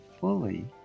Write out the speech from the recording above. fully